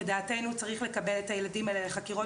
לדעתנו צריך לקבל את הילדים האלה לחקירות